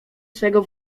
swego